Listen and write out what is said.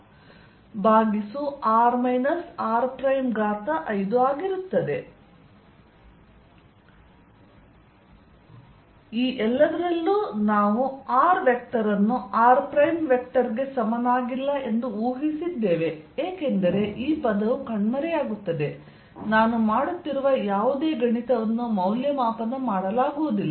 Ey∂yq4π01r r3 3y y2r r5 Ez∂zq4π01r r3 3z z2r r5 ಈ ಎಲ್ಲದರಲ್ಲೂ ನಾವು r vector ಅನ್ನು r ಪ್ರೈಮ್ ವೆಕ್ಟರ್ ಗೆ ಸಮನಾಗಿಲ್ಲ ಎಂದು ಊಹಿಸಿದ್ದೇವೆ ಏಕೆಂದರೆ ಈ ಪದವು ಕಣ್ಮರೆಯಾಗುತ್ತದೆ ನಾನು ಮಾಡುತ್ತಿರುವ ಯಾವುದೇ ಗಣಿತವನ್ನು ಮೌಲ್ಯಮಾಪನ ಮಾಡಲಾಗುವುದಿಲ್ಲ